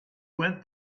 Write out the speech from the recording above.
went